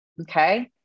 Okay